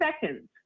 seconds